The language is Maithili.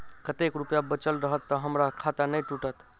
कतेक रुपया बचल रहत तऽ हम्मर खाता नै टूटत?